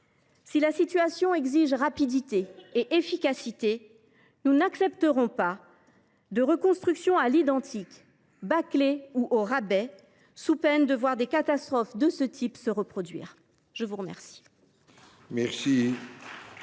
Si la situation exige rapidité et efficacité, nous n’accepterons pas une reconstruction à l’identique, bâclée ou au rabais, sous peine de voir des catastrophes de ce type se reproduire. La parole